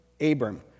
Abram